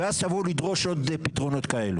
ואז תבואו לדרוש עוד פתרונות כאלו.